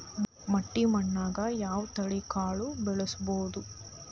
ಮಟ್ಟಿ ಮಣ್ಣಾಗ್, ಯಾವ ತಳಿ ಕಾಳ ಬೆಳ್ಸಬೋದು?